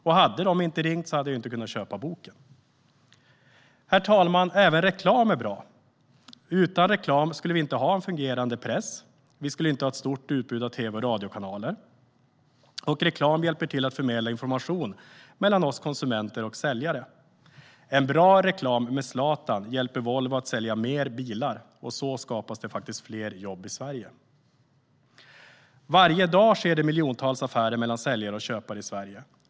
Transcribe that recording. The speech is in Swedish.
Om de inte hade ringt hade jag inte kunna köpa boken. Även reklam är bra. Utan reklam skulle vi inte ha en fungerande press eller ett stort utbud av tv och radiokanaler. Reklam hjälper till att förmedla information mellan oss konsumenter och säljare. En bra reklam med Zlatan hjälper Volvo att sälja fler bilar, och på det sättet skapas det fler jobb i Sverige. Herr talman! Varje dag sker miljontals affärer mellan säljare och köpare i Sverige.